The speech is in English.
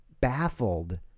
baffled